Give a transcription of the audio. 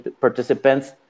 participants